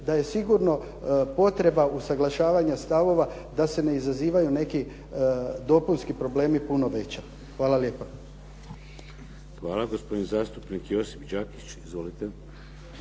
da je sigurno potreba usaglašavanja stavova da se ne izazivaju neki dopunski problemi puno veća. Hvala lijepa. **Šeks, Vladimir (HDZ)** Hvala. Gospodin zastupnik Josip Đakić. Izvolite.